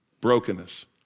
Brokenness